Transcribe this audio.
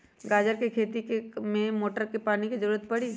गाजर के खेती में का मोटर के पानी के ज़रूरत परी?